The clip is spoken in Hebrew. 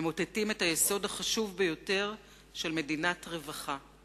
ממוטטים את היסוד החשוב ביותר של מדינת רווחה.